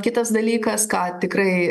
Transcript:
kitas dalykas ką tikrai